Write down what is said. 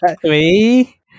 three